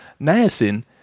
Niacin